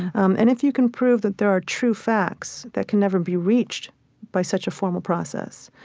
um and if you can prove that there are true facts that can never be reached by such a formal process,